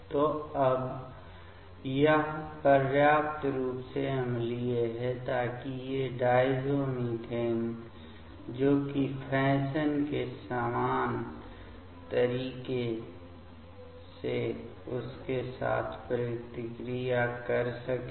तो अब यह पर्याप्त रूप से अम्लीय है ताकि ये डायज़ोमिथेन जो कि फैशन के समान तरीके से उसके साथ प्रतिक्रिया कर सकें